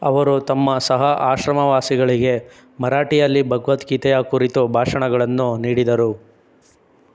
ಅವರು ತಮ್ಮ ಸಹ ಆಶ್ರಮವಾಸಿಗಳಿಗೆ ಮರಾಠಿಯಲ್ಲಿ ಭಗವದ್ಗೀತೆಯ ಕುರಿತು ಭಾಷಣಗಳನ್ನು ನೀಡಿದರು